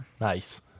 Nice